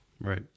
Right